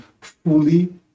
fully